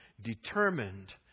determined